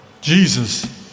Jesus